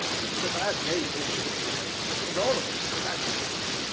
this is a bad day for wings, sir and all of us, for that matter.